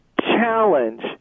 challenge